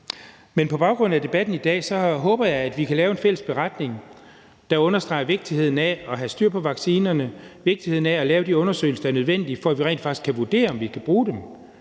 på baggrund af debatten i dag håber jeg, at vi kan lave en fælles beretning, der understreger vigtigheden af at have styr på vaccinerne og vigtigheden af at lave de undersøgelser, der er nødvendige for, at vi rent faktisk kan vurdere, om vi kan bruge dem.